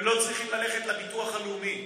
הם לא צריכים ללכת לביטוח הלאומי.